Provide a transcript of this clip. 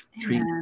Treat